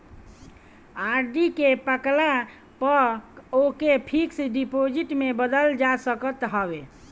RD के पकला पअ ओके फिक्स डिपाजिट में बदल जा सकत हवे